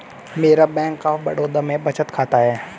मेरा bank of Baroda में बचत खाता है